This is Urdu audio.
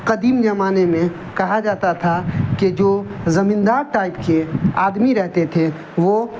قدیم زمانے میں کہا جاتا تھا کہ جو زمین دار ٹائپ کے آدمی رہتے تھے وہ